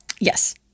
Yes